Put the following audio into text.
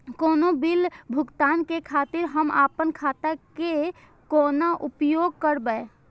कोनो बील भुगतान के खातिर हम आपन खाता के कोना उपयोग करबै?